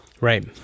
Right